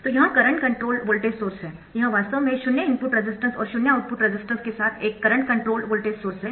तो यह current controlled voltage source है यह वास्तव में शून्य इनपुट रेजिस्टेंस और शून्य आउटपुट रेजिस्टेंस के साथ एक करंट कंट्रोल्ड वोल्टेज सोर्स है